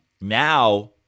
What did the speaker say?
now